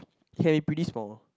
can be pretty small